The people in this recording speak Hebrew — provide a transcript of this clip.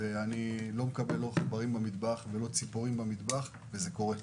אני לא מקבל עכברים במטבח ולא ציפורים וזה קורה.